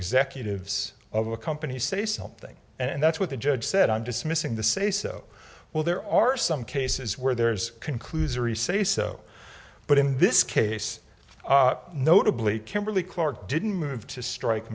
executives of a company say something and that's what the judge said i'm dismissing the say so well there are some cases where there's conclusory say so but in this case notably kimberly clark didn't move to strike